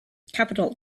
capital